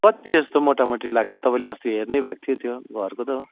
कत्ति जस्तो मोटामोटी लाग्छ तपाईँले अस्ति हेर्नैभएको थियो त्यो घरको त हो